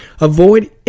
Avoid